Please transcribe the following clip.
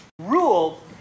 rule